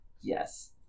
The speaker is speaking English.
Yes